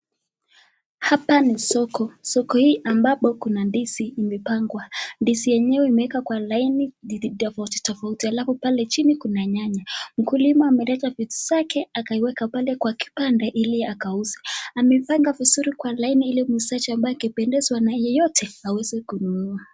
Hapa ni soko, soko hii ambapo kuna ndizi imepangwa. Ndizi yenyewe imewekwa kwa laini tofauti tofauti halafu pale chini kuna nyanya. Mkulima ameleta vitu zake akaiweka pale kwa kibanda ili akauze, amepanga vizuri kwa laini ili muuzaji ambaye akipendezwa na yeyote aweze kununua.